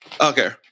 Okay